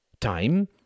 time